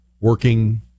working